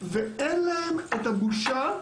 ואין להם את הבושה,